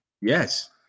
Yes